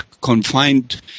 confined